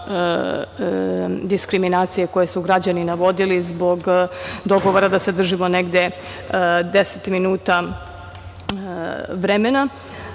diskriminacije koje su građani navodili zbog dogovora da se držimo negde deset minuta vremena,